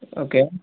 okay